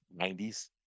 90s